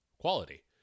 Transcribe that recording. quality